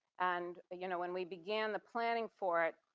and you know when we began the planning for it,